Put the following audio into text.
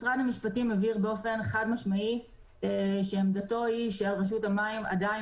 משרד המשפטים הבהיר חד-משמעית שעמדתו היא שעל רשות המים עדיין